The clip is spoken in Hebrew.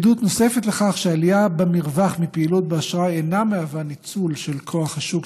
עדות נוספת לכך שהעלייה במרווח מפעילות באשראי אינה ניצול של כוח השוק